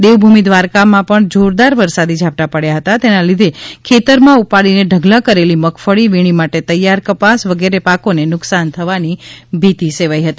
દેવભૂમિ દ્વારકા જિલ્લામાં પણ જોરદાર વરસાદી ઝાપટાં પડ્યાં હતાં તેના લીધે ખેતરમાં ઉપાડીને ઢગલા કરેલી મગફળી વીણી માટે તૈયાર કપાસ વગેરે પાકોને નુકશાન થવાની ભીતિ સેવાઇ રહી છે